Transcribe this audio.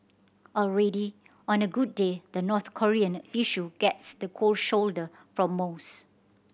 already on a good day the North Korean issue gets the cold shoulder from most